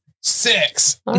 Six